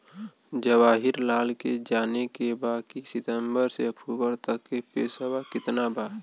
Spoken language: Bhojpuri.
जवाहिर लाल के जाने के बा की सितंबर से अक्टूबर तक के पेसवा कितना बा?